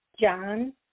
John